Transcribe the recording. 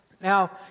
Now